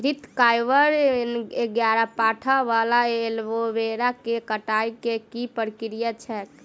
घृतक्वाइर, ग्यारपाठा वा एलोवेरा केँ कटाई केँ की प्रक्रिया छैक?